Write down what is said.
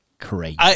crazy